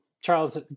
Charles